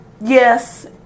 Yes